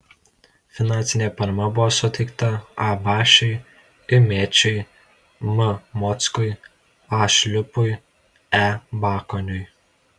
finansinė parama buvo suteikta a bašiui i mėčiui m mockui a šliupui e bakoniui